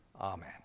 Amen